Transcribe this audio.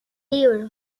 libro